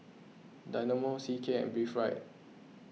Dynamo C K and Breathe Right